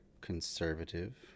conservative